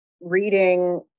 reading